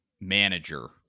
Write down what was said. manager